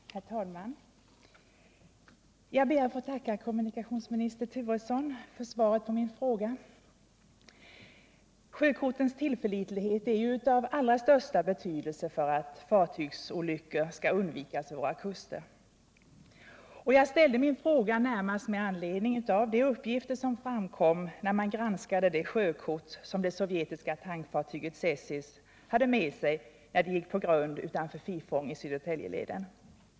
Herr talman! Jag ber att få tacka kommunikationsminister Turesson för svaret på min fråga. Sjökonens tillförlitlighet är av allra största betydelse för att fartygsolyckor skall kunna undvikas vid våra kuster. Jag framställde min fråga närmast med anledning av de uppgifter som framkom vid granskning av det sjökort som det sovjetiska tankfartyget Tsesis hade med sig när det gick på grund utanför Fifång i Södertäljeleden.